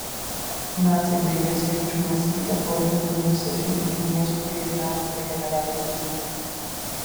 naciai dailės krypčių neskyrė pavadindami visą žydų kilmės kūrėjų meną degeneratų menu